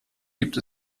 gibt